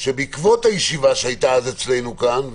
שבעקבות הישיבה שהייתה אצלנו כאן,